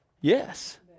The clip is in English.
Yes